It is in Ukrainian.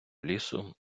лісу